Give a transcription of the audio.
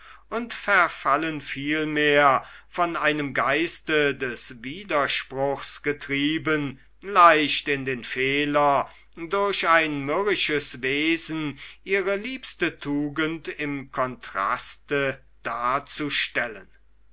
und verfallen vielmehr von einem geiste des widerspruchs getrieben leicht in den fehler durch ein mürrisches wesen ihre liebste tugend im kontraste darzustellen